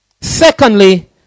Secondly